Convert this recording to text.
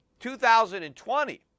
2020